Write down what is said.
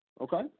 Okay